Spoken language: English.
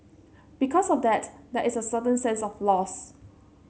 because of that there is a certain sense of loss